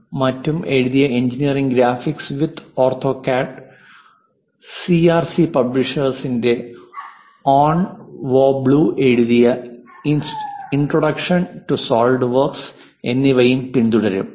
Kulkarni മറ്റും എഴുതിയ engineering graphics with AutoCAD CRC പ്രസ്സിന്റെ ഒൻവോബ്ലു എഴുതിയ ഇൻട്രൊഡക്ഷൻ ടു സോളിഡ്വർക്സ് എന്നിവയും പിന്തുടരും